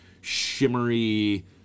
shimmery